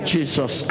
Jesus